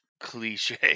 cliche